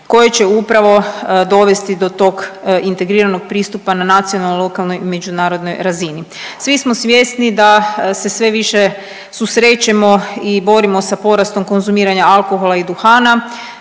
koje će upravo dovesti do tog integriranog pristupa na nacionalnoj, lokalnoj i međunarodnoj razini. Svi smo svjesni da se sve više susrećemo i borimo sa porastom konzumiranja alkohola i duhana,